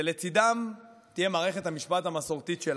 ולצידם תהיה מערכת המשפט המסורתית שלנו,